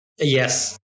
yes